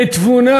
בתבונה.